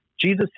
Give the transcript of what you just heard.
Jesus